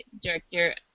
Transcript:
director